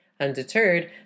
Undeterred